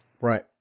Right